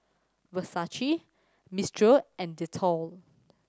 Versace Mistral and Dettol